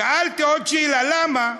שאלתי עוד שאלה: למה?